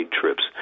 trips